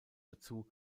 dazu